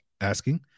asking